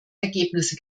ergebnisse